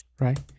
Right